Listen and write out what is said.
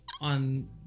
on